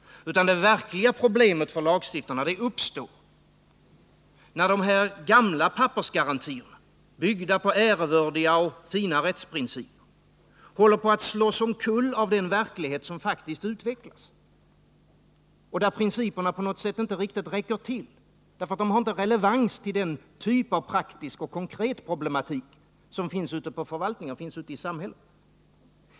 Det verkliga problemet för lagstiftarna uppstår när de här gamla pappersgarantierna, byggda på ärevördiga och fina rättsprinciper, håller på att slås omkull av den verklighet som faktiskt utvecklas. Där räcker på något sätt principerna inte riktigt till, därför att de inte är relevanta när det gäller den typ av praktisk och konkret problematik som finns ute på förvaltningarna, ute i samhället.